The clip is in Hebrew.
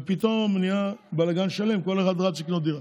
ופתאום נהיה בלגן שלם, כל אחד רץ לקנות דירה.